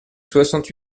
soixante